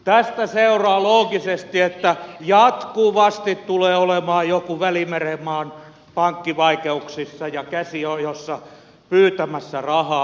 tästä seuraa loogisesti että jatkuvasti tulee olemaan joku välimeren maan pankki vaikeuksissa ja käsi ojossa pyytämässä rahaa